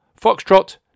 Foxtrot